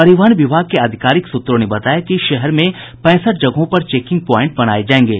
परिवहन विभाग के आधिकारिक सूत्रों ने बताया कि शहर में पैंसठ जगहों पर चेकिंग प्वाइंट बनाये जायेंगे